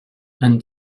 and